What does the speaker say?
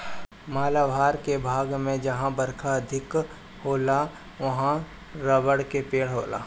मालाबार के भाग में जहां बरखा अधिका होला उहाँ रबड़ के पेड़ होला